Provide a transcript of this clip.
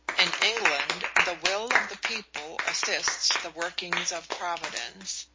in england the will of the people assists the workings of providence,